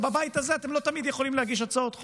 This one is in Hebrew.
אבל בבית הזה אתם לא תמיד יכולים להגיש הצעות חוק.